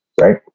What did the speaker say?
right